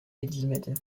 edilmedi